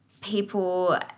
people